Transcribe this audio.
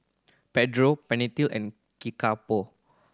Pedro Pantene and Kickapoo